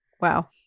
Wow